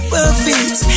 Perfect